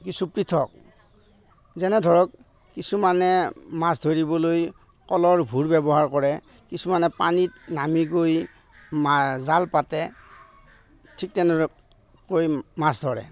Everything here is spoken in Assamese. কিছু পৃথক যেনে ধৰক কিছুমানে মাছ ধৰিবলৈ কলৰ ভূঁৰ ব্যৱহাৰ কৰে কিছুমানে পানীত নামি গৈ জাল পাতে ঠিক তেনেকৈ মাছ ধৰে